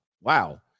wow